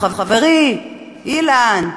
חברי אילן,